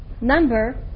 number